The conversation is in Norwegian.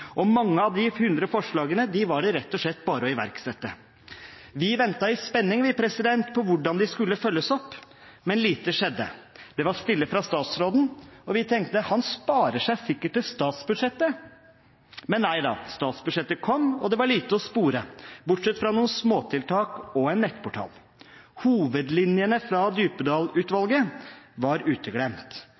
og mange av de 100 forslagene var det rett og slett bare å iverksette. Vi ventet i spenning på hvordan de skulle følges opp, men lite skjedde. Det var stille fra statsråden, og vi tenkte: Han sparer seg sikkert til statsbudsjettet. Men nei da: Statsbudsjettet kom, og det var lite å spore, bortsett fra noen småtiltak og en nettportal. Hovedlinjene fra Djupedal-utvalget var uteglemt.